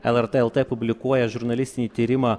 lrt lt publikuoja žurnalistinį tyrimą